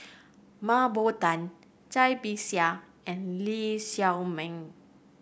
Mah Bow Tan Cai Bixia and Lee Shao Meng